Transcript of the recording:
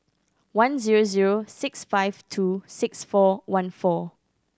one zero zero six five two six four one four